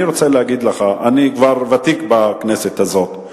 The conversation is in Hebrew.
אני רוצה להגיד לך: אני כבר ותיק בכנסת הזאת,